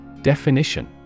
Definition